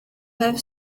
rêve